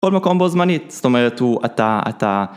בכל מקום בו זמנית, זאת אומרת הוא אתה אתה...